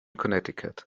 connecticut